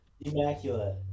Immaculate